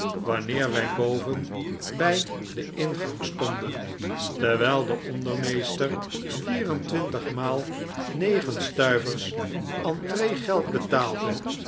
wanneer wij boven bij den ingang stonden terwijl de ondermeester vierentwintigmaalnegen stuiver entreegeld betaalde